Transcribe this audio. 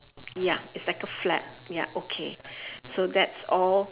ya it's like a flap ya okay so that's all